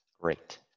Great